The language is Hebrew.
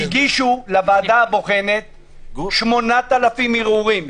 הגישו לוועדה הבוחנת 8,000 ערעורים.